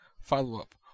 Follow-up